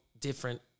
different